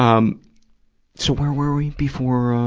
um so, where were we before,